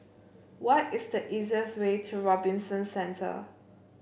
why is the easiest way to Robinson Centre